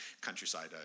countryside